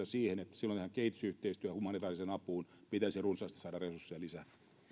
siihen että silloinhan kehitysyhteistyöhön ja humanitaariseen apuun pitäisi runsaasti saada resursseja lisää